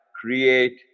create